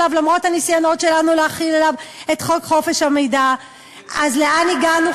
אין כמו אורי אריאל, חבר